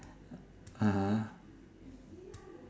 (uh huh)